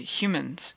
humans